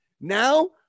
now